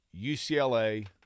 UCLA